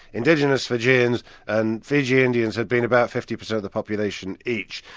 indigenous fijians and fiji indians have been bout fifty percent of the population each,